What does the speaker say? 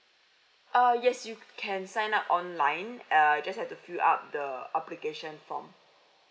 uh yes you can sign up online err just have to fill up the application form